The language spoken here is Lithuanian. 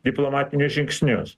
diplomatinius žingsnius